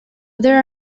there